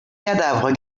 cadavres